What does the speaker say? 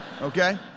okay